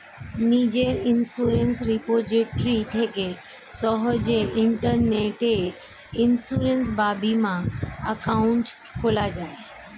নিজের insurance repository থেকে সহজেই ইন্টারনেটে ইন্সুরেন্স বা বীমা অ্যাকাউন্ট খোলা যায়